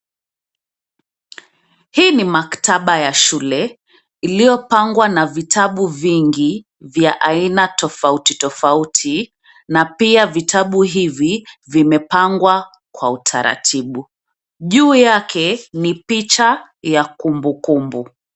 Hii ni maktaba ya shule, iliyopangwa na vitabu vingi vya aina tofauti tofauti na pia vitabu hivi vimepangwa kwa utaratibu, juu yake ni picha ya kumbukumbu.